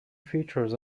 features